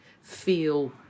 feel